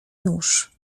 nóż